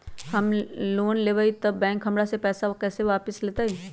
हम लोन लेलेबाई तब बैंक हमरा से पैसा कइसे वापिस लेतई?